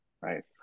right